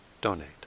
donate